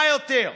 מה יותר?